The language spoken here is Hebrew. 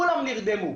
כולם נרדמו.